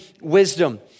wisdom